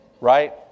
right